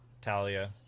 Talia